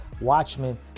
watchmen